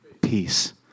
peace